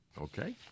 Okay